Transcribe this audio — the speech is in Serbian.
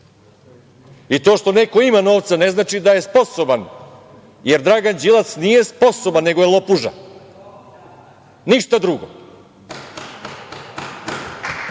i to što neko ima novca ne znači da je sposoban, jer Dragan Đilas nije sposoban, nego je lopuža, ništa drugo. Vidite